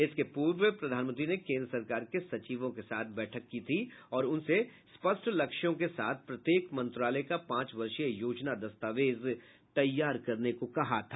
इसके पूर्व प्रधानमंत्री ने केन्द्र सरकार के सचिवों के साथ बैठक की थी और उनसे स्पष्ट लक्ष्यों के साथ प्रत्येक मंत्रालय का पांच वर्षीय योजना दस्तावेज तैयार करने को कहा था